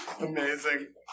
Amazing